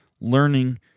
learning